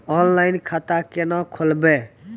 Online खाता केना खोलभैबै?